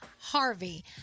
Harvey